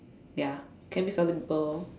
ya can meet some other people